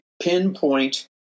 pinpoint